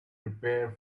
prepare